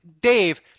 Dave